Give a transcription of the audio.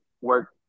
work